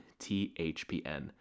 THPN